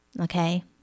okay